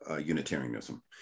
Unitarianism